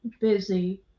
busy